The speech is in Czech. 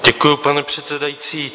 Děkuji, pane předsedající.